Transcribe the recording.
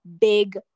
big